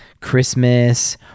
Christmas